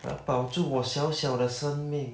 我要保住我小小的生命